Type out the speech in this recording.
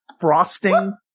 frosting